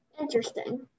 Interesting